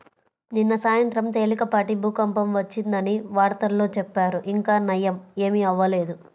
నిన్న సాయంత్రం తేలికపాటి భూకంపం వచ్చిందని వార్తల్లో చెప్పారు, ఇంకా నయ్యం ఏమీ అవ్వలేదు